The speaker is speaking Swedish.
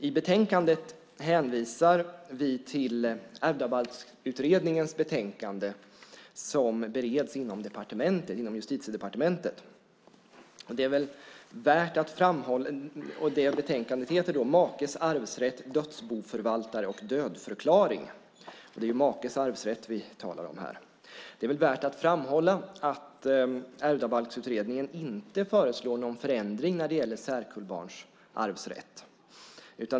I betänkandet hänvisar vi till Ärvdabalksutredningens betänkande som bereds inom Justitiedepartementet. Betänkandet heter Makes arvsrätt, dödsboförvaltare och dödförklaring . Det är makes arvsrätt vi talar om här. Det är värt att framhålla att Ärvdabalksutredningen inte föreslår någon förändring när det gäller särkullbarns arvsrätt.